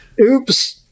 oops